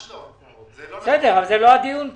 זה לא הדיון פה.